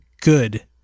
good